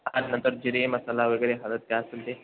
आणि नंतर जिरे मसाला वगैरे हवे आहेत काय असेल ते